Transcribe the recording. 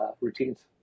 routines